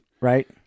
Right